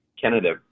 Canada